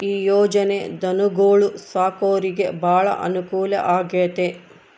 ಈ ಯೊಜನೆ ಧನುಗೊಳು ಸಾಕೊರಿಗೆ ಬಾಳ ಅನುಕೂಲ ಆಗ್ಯತೆ